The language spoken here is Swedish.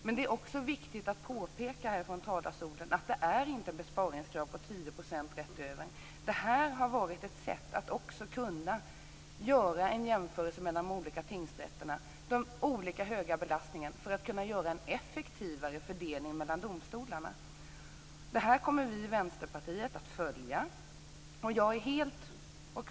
Men det är också viktigt att påpeka från talarstolen att det inte är besparingskrav på 10 % rätt över. Det här har varit ett sätt att göra en jämförelse mellan de olika tingsrätterna om den olika höga belastningen för att kunna göra en effektivare fördelning mellan domstolarna. Det här kommer vi i Vänsterpartiet att följa.